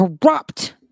corrupt